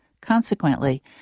Consequently